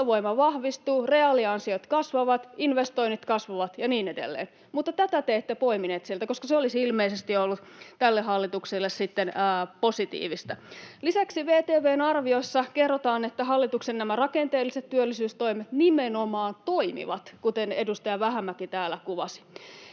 ostovoima vahvistuu, reaaliansiot kasvavat, investoinnit kasvavat ja niin edelleen, mutta näitä te ette poimineet sieltä, koska se olisi ilmeisesti ollut tälle hallitukselle sitten positiivista. Lisäksi VTV:n arviossa kerrotaan, että nämä hallituksen rakenteelliset työllisyystoimet nimenomaan toimivat, kuten edustaja Vähämäki täällä kuvasi.